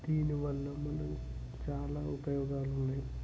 దీని వల్ల మన చాలా ఉపయోగాలు ఉన్నాయి